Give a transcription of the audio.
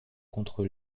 contre